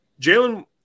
Jalen